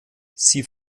sie